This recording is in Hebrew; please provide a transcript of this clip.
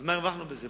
מה הרווחנו בזה?